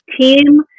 Team